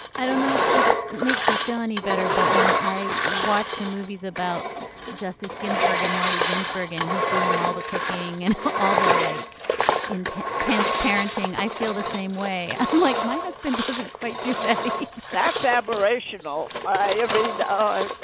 i don't know if this makes you feel any better, but when ah i watch the movies about justice ginsburg and marty ginsburg and he's doing all the cooking and all the like in tense tense parenting, i feel the same way. i'm like, my husband doesn't quite do that that's aberrational. i agree. oh,